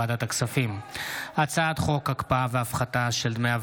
בוועדת הכספים לצורך הכנתה לקריאה השנייה